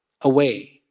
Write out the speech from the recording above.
away